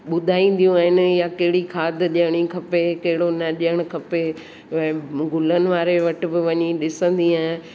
ॿुधाईंदियूं आहिनि या कहिड़ी खाध ॾियणी खपे कहिड़ो न ॾियणु खपे ऐं गुलनि वारे वट बि वञी ॾिसंदी आहियां